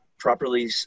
properly